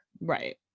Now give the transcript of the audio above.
Right